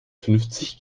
fünfzig